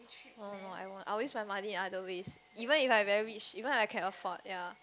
oh no I won't I will use money other ways even if I very rich even I can afford ya